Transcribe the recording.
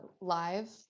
live